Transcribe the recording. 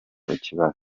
ikibazo